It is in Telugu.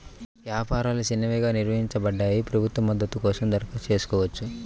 వ్యాపారాలు చిన్నవిగా నిర్వచించబడ్డాయి, ప్రభుత్వ మద్దతు కోసం దరఖాస్తు చేసుకోవచ్చు